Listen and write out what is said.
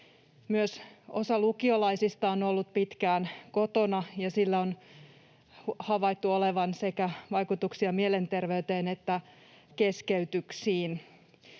Myös osa lukiolaisista on ollut pitkään kotona, ja sillä on havaittu olevan vaikutuksia sekä mielenterveyteen että keskeytyksiin.